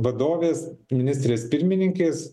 vadovės ministrės pirmininkės